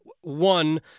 one